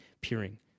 peering